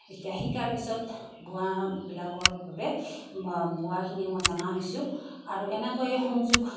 এতিয়া শিকাৰ পিছত বোৱাবিলাকৰ বাবে বোৱাখিনি মই জনা হৈছোঁ আৰু এনেকৈয়ে সংযোগ